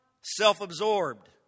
self-absorbed